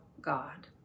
God